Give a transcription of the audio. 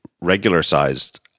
regular-sized